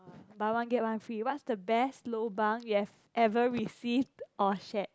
buy one get one free what's the best lobang you've ever received or shared